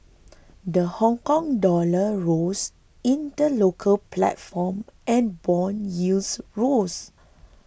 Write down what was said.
the Hongkong dollar rose in the local platform and bond yields rose